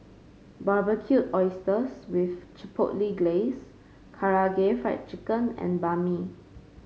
Barbecued Oysters with Chipotle Glaze Karaage Fried Chicken and Banh Mi